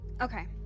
Okay